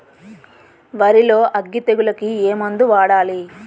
వరిలో అగ్గి తెగులకి ఏ మందు వాడాలి?